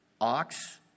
ox